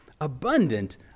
abundant